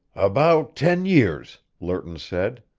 about ten years, lerton said.